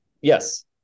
yes